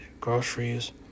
groceries